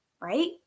right